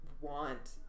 want